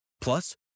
Plus